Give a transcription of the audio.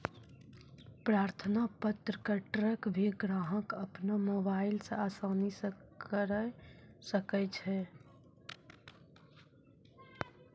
प्रार्थना पत्र क ट्रैक भी ग्राहक अपनो मोबाइल स आसानी स करअ सकै छै